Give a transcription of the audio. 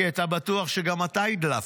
כי אתה בטוח שגם שאתה הדלפת.